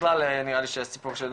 בכלל נראה לי שהסיפור של